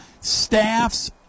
staffs